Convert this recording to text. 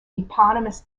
eponymous